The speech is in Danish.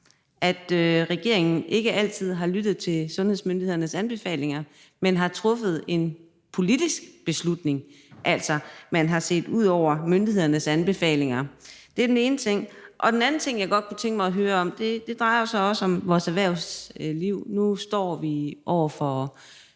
at regeringen ikke altid har lyttet til sundhedsmyndighedernes anbefalinger, men har truffet en politisk beslutning, altså at man har set ud over myndighedernes anbefalinger? Det er den ene ting. Den anden ting, jeg godt kunne tænke mig at høre om, drejer sig om vores erhvervsliv. Nu står vi over for